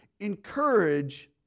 encourage